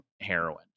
heroin